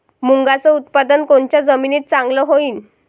मुंगाचं उत्पादन कोनच्या जमीनीत चांगलं होईन?